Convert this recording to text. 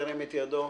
ירים את ידו.